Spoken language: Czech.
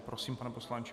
Prosím, pane poslanče...